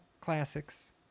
Classics